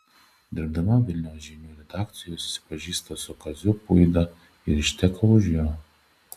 dirbdama vilniaus žinių redakcijoje susipažįsta su kaziu puida ir išteka už jo